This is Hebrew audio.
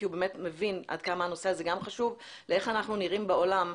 כי הוא באמת מבין עד כמה הנושא הזה גם חשוב לאיך אנחנו נראים בעולם,